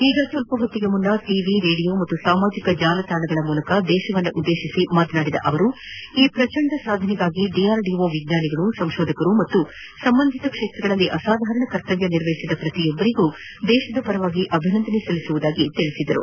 ಈಗ ಸ್ವಲ್ಲಹೊತ್ತಿಗೆ ಮುನ್ನ ಟವಿ ರೇಡಿಯೋ ಹಾಗೂ ಸಾಮಾಜಿಕ ಜಾಲತಾಣಗಳ ಮೂಲಕ ದೇಶವನ್ನು ಉದ್ದೇಶಿಸಿ ಮಾತನಾಡಿದ ಅವರು ಈ ಪ್ರಚಂಡ ಸಾಧನೆಗಾಗಿ ಡಿಆರ್ಡಿಒದ ವಿಜ್ಞಾನಿಗಳು ಸಂತೋಧಕರು ಮತ್ತು ಸಂಬಂಧಿತ ಕ್ಷೇತ್ರಗಳಲ್ಲಿ ಅಸಾಧಾರಣ ಕರ್ತವ್ಯ ನಿರ್ವಹಿಸಿದ ಪತಿಯೊಬರಿಗೂ ದೇಶದ ಪರವಾಗಿ ಅಭಿನಂದನೆ ಸಲಿಸುವುದಾಗಿ ತಿಳಿಸಿದರು